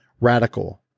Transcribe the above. radical